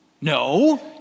No